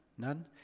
none?